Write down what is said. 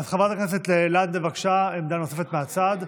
חברת הכנסת לנדה, בבקשה, עמדה נוספת מהצד.